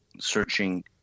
Searching